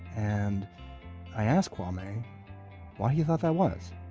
and i asked kwame why he thought that was